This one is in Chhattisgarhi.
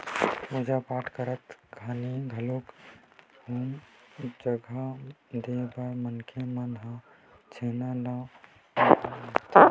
पूजा पाठ करत खानी घलोक हूम जग देय बर मनखे मन ह छेना ल बउरथे